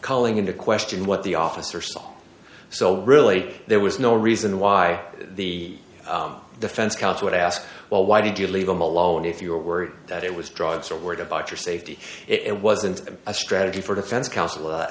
calling into question what the officer saw so really there was no reason why the defense counsel would ask well why did you leave him alone if you were worried that it was drugs or worried about your safety it wasn't a strategy for defense counsel